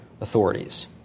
authorities